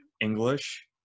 english